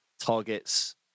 targets